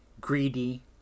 greedy